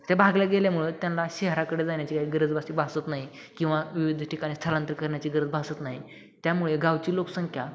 त्या भागल्या गेल्यामुळं त्यांना शहराकडे जाण्याची काही गरज भास भासत नाही किंवा विविध ठिकाणी स्थलांतर करण्याची गरज भासत नाही त्यामुळे गावची लोकसंख्या